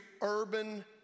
urban